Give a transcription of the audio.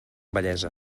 bellesa